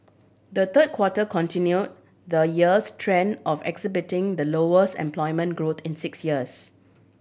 the third quarter continue the year's trend of exhibiting the lowest employment growth in six years